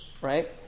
right